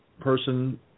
person